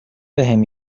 بهم